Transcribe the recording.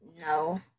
no